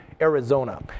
Arizona